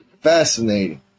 fascinating